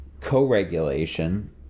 co-regulation